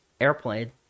Airplane